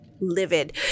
livid